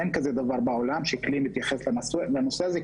אין כזה דבר בעולם שכלי מתייחס בנושא הזה,